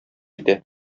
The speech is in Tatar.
итә